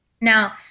now